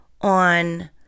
on